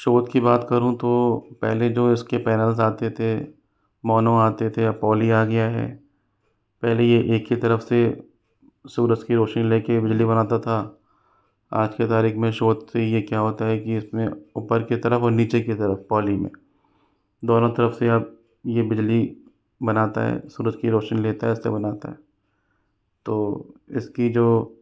शोध की बात करूँ तो पहले जो इसके पैनल्स आते थे मोनो आते थे अब पोली आ गया है पहले यह एक ही तरफ से सूरज की रौशनी लेकर बिजली बनाता था आज के तारीख में शोध से यह क्या होता है की इसमें ऊपर के तरफ और निचे की तरफ पॉली में दोनों तरफ से अब यह बिजली बनाता है सूरज की रौशनी लेता है इससे बनाता है तो इसकी जो